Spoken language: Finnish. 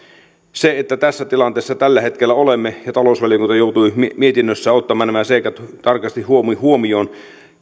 kun tässä tilanteessa tällä hetkellä olemme ja talousvaliokunta joutui mietinnössään ottamaan nämä seikat tarkasti huomioon